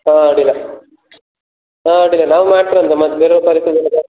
ಹಾಂ ಅಡ್ಡಿಯಿಲ್ಲ ಹಾಂ ಅಡ್ಡಿಯಿಲ್ಲ ನಾವು ಮಾಡ್ತೇವಲ್ವ ಮತ್ತು ಬೇರೆ